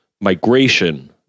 Migration